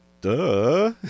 Duh